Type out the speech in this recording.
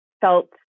felt